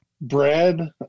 bread